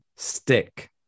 Stick